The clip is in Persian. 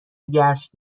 گشت